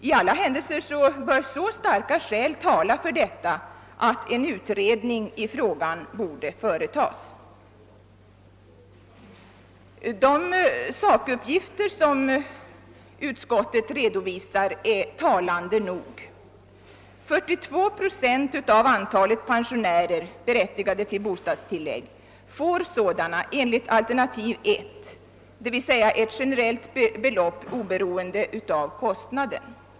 I alla händelser bör så starka skäl tala för detta att en utredning i frågan borde företas. De sakuppgifter som utskottet redovisar är talande nog. 42 procent av antalet pensionärer, berättigade till bostadstillägg, får sådana enligt alternativ I, dvs. ett generellt belopp oberoende av kostnaden.